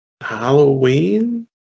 Halloween